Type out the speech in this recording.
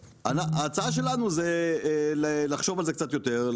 ההצעה שלנו היא לחשוב על זה קצת יותר,